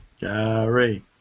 Gary